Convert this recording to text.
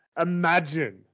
Imagine